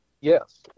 Yes